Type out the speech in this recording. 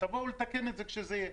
תבואו לתקן את זה כשזה יהיה.